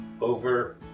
over